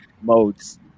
modes